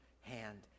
hand